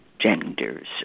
genders